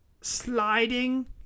sliding